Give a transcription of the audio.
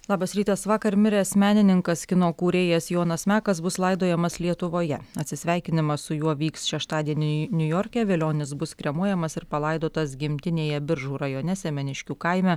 labas rytas vakar miręs menininkas kino kūrėjas jonas mekas bus laidojamas lietuvoje atsisveikinimas su juo vyks šeštadienį niujorke velionis bus kremuojamas ir palaidotas gimtinėje biržų rajone semeniškių kaime